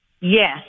Yes